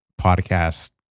podcast